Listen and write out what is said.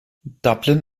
dublin